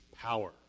power